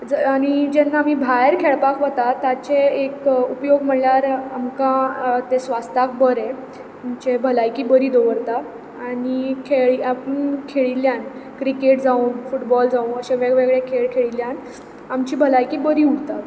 आनी जेन्ना आमी भायर खेळपाक वतात ताचें एक उपयोग म्हणल्यार आमकां तें स्वास्थाक बरें म्हणचे भलायकी बरी दवरता आनी खेळ आपूण खेळिल्ल्यान क्रिकेट जावं फुटबॉल जावं अशे वेग वेगळे खेळ खेळिल्ल्यान आमची भलायकी बरी उरता